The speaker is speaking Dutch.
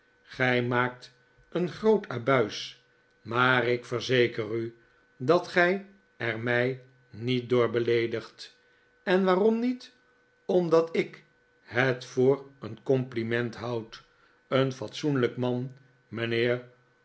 gij maakt een groot abuis maar ik verzeker u dat gij er mij niet door beleedigt en waarom niet omdat ik het voor een compliment houd een fatsoenlijk man mijnheer